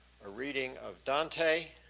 a reading of dante.